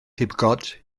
pibgod